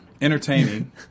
Entertaining